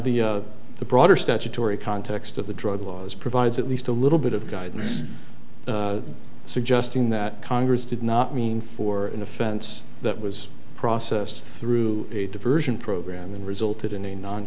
the the broader statutory context of the drug laws provides at least a little bit of guidance suggesting that congress did not mean for an offense that was processed through a diversion program and resulted in a non